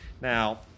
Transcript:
Now